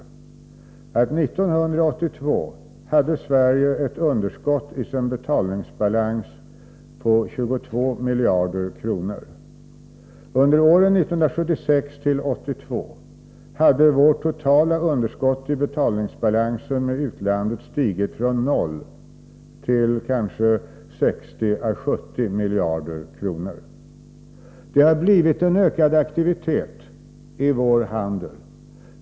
År 1982 hade Sverige ett underskott i sin betalningsbalans på 22 miljarder kronor. Under åren 1976-1982 hade vårt totala underskott i betalningsbalansen i förhållande till utlandet stigit från noll till 60 å 70 miljarder kronor. Det har blivit en ökad aktivitet i vår handel.